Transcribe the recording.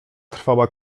trwała